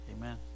Amen